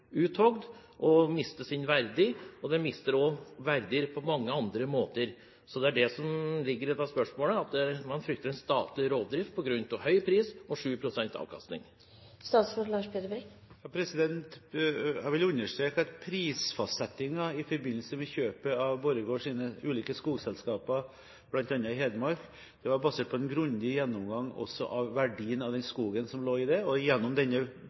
det som ligger i dette spørsmålet: at man frykter statlig rovdrift på grunn av høy pris og 7 pst. avkastning. Jeg vil understreke at prisfastsettingen i forbindelse med kjøpet av Borregaards ulike skogselskaper, bl.a. i Hedmark, var basert på en grundig gjennomgang også av verdien av den skogen som lå der, og gjennom den